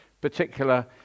particular